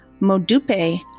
Modupe